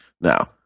Now